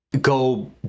go